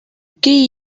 key